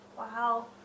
Wow